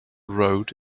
road